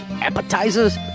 appetizers